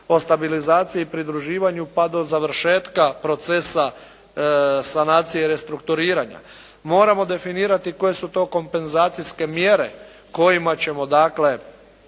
o stabilizaciji i pridruživanju pa do završetka procesa sanacije i restrukturiranja. Moramo definirati koje su to kompenzacijske mjere kojima ćemo dakle,